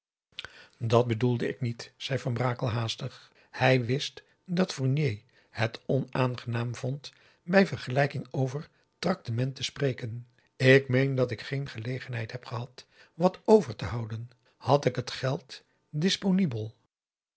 dàt bedoelde ik niet zei van brakel haastig bij wist dat fournier het onaangenaam vond bij vergelijking over traktement te spreken ik meen dat ik geen gelegenheid heb gehad wat over te houden had ik t geld